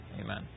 Amen